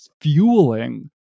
fueling